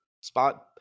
spot